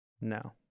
No